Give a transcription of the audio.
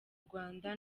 rwanda